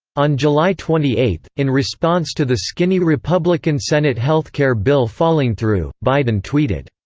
on july twenty eight, in response to the skinny republican senate healthcare bill falling through, biden tweeted,